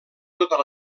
totes